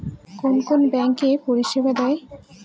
কোন কোন ব্যাঙ্ক এই পরিষেবা দেয়?